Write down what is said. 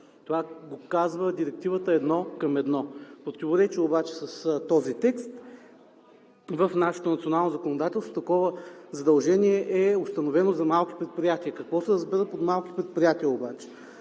Това казва Директивата едно към едно. В противоречие обаче с този текст, в нашето национално законодателство такова задължение е установено за малки предприятия. Какво се разбира под „малки предприятия“ обаче?